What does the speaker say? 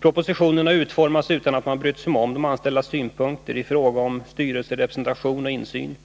Propositionen har utformats helt utan att man brytt sig om de anställdas synpunkter i fråga om styrelserepresentation och insyn.